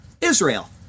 Israel